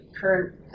current